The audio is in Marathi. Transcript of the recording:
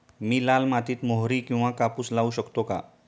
मी लाल मातीत मोहरी किंवा कापूस लावू शकतो का?